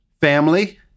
Family